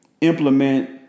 implement